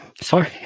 Sorry